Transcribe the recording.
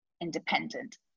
independent